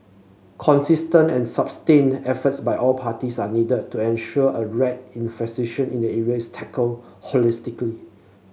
consistent and sustained efforts by all parties are needed to ensure a rat infestation in an tackled holistically